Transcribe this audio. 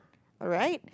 alright